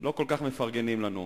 לא כל כך מפרגנים לנו,